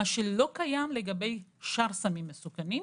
מה שלא קיים לגבי שאר הסמים המסוכנים.